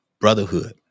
brotherhood